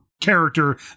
character